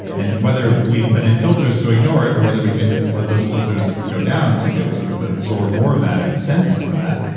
and whether we've put in filters to ignore it, or whether we can let those filters go down, to be able to absorb more of that and sense more of that,